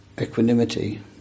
equanimity